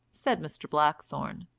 said mr. blackthorne,